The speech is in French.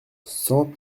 cent